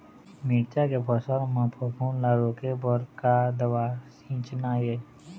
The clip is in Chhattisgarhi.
मिरचा के फसल म फफूंद ला रोके बर का दवा सींचना ये?